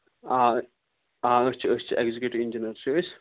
آ آ أسۍ چھِ أسۍ چھِ اٮ۪کزِکٮ۪ٹِو اِنجیٖنر چھِ أسۍ